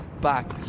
back